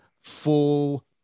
full